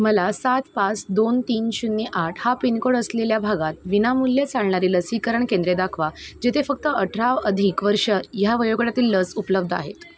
मला सात पाच दोन तीन शून्य आठ हा पिनकोड असलेल्या भागात विनामूल्य चालणारे लसीकरण केंद्रे दाखवा जेथे फक्त अठरा अधिक वर्ष ह्या वयोगटातील लस उपलब्ध आहेत